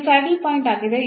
ಇದು saddle point ಆಗಿದೆ